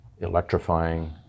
electrifying